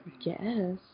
Yes